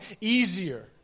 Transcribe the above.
easier